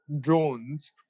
drones